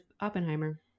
Oppenheimer